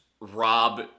Rob